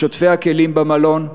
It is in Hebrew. לשוטפי הכלים במלון,